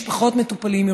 משפחות מטופלים,